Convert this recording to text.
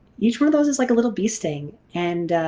each one of those is like a little bee sting and